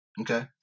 okay